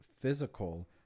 physical